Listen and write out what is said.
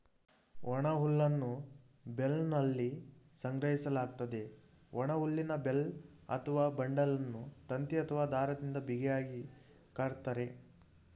ಒಣಹುಲ್ಲನ್ನು ಬೇಲ್ನಲ್ಲಿ ಸಂಗ್ರಹಿಸಲಾಗ್ತದೆ, ಒಣಹುಲ್ಲಿನ ಬೇಲ್ ಅಥವಾ ಬಂಡಲನ್ನು ತಂತಿ ಅಥವಾ ದಾರದಿಂದ ಬಿಗಿಯಾಗಿ ಕಟ್ತರೆ